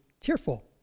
cheerful